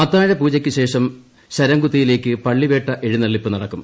അത്താഴപൂജയ്ക്ക് ശേഷം ശരംകുത്തിയിലേക്ക് പള്ളിവേട്ട എഴുന്നള്ളിപ്പ് നടക്കും